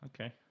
Okay